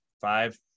five